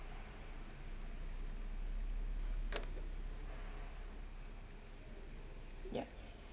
yup